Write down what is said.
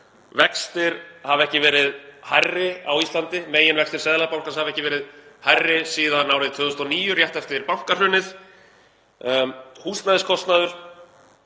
Vextir hafa ekki verið hærri á Íslandi, meginvextir Seðlabankans hafa ekki verið hærri síðan árið 2009, rétt eftir bankahrunið. Húsnæðiskostnaður